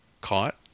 caught